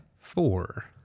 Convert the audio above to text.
four